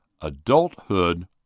Adulthood